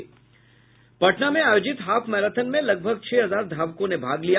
पटना में आयोजित half marathon में लगभग छह हजार धावकों ने भाग लिया